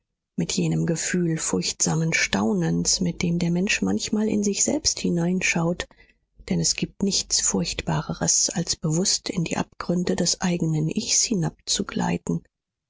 mit jenem gefühl furchtsamen staunens mit dem der mensch manchmal in sich selbst hineinschaut denn es gibt nichts furchtbareres als bewußt in die abgründe des eigenen ichs hinabzugleiten